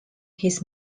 his